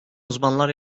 uzmanlar